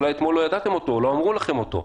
אולי אתמול לא ידעתם אותו או לא אמרו לכם אותו: